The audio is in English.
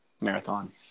Marathon